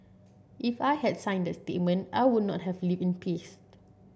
if I had signed that statement I would not have lived in peace